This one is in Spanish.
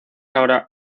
ahora